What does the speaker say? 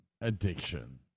addiction